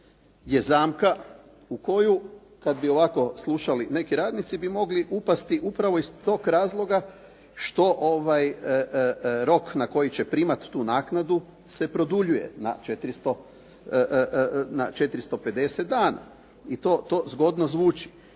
je zamka u koju kada bi ovako slušali neki radnici bi mogli upasti upravo iz toga razloga što rok na koji će primati tu naknadu se produljuje na 450 dana i to zgodno zvuči.